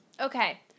Okay